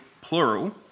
plural